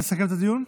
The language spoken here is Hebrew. לסכם את הדיון?